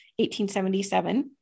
1877